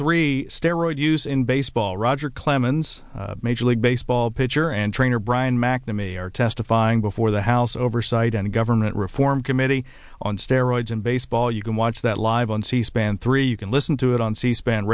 three steroids use in baseball roger clemens major league baseball pitcher and trainer brian mcnamee are testifying before the house oversight and government reform committee on steroids in baseball you can watch that live on c span three you can listen to it on c span